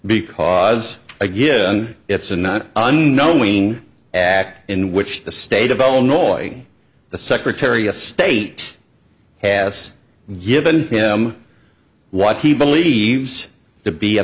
because again it's a not unknown wean act in which the state of illinois the secretary of state has given him what he believes to be a